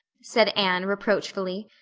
said anne reproachfully.